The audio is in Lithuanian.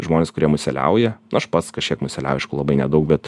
žmonės kurie museliauja aš pats kažkiek museliauju aišku labai nedaug bet